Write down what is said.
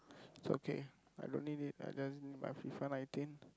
it's okay I don't need it I just need my FIFA-nineteen